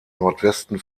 nordwesten